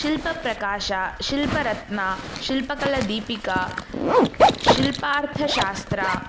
Shilpaprakasha Shilparatnam Shilpakaladipika Shilparthashastram